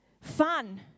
fun